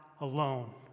alone